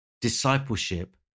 Discipleship